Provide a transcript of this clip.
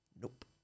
Nope